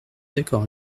d’accord